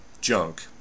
junk